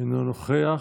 אינו נוכח,